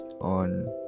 on